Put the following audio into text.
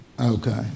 Okay